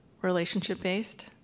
relationship-based